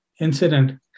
incident